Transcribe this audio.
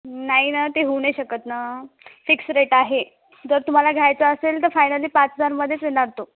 नाही ना ते होऊ नाही शकत ना फिक्स्ड रेट आहे जर तुम्हाला घ्यायचा असेल तर फायनली पाच हजारमध्येच येणार तो